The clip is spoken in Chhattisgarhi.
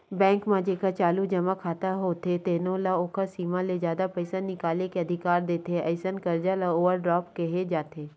बेंक म जेखर चालू जमा खाता होथे तेनो ल ओखर सीमा ले जादा पइसा निकाले के अधिकार देथे, अइसन करजा ल ओवर ड्राफ्ट केहे जाथे